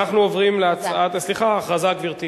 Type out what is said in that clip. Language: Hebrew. הודעה למזכירת הכנסת.